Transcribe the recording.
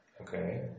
Okay